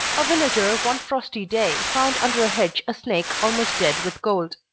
a villager one frosty day found under a hedge a snake almost dead with cold.